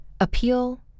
appeal